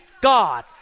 God